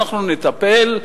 אנחנו נטפל,